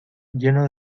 lleno